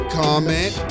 comment